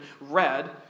read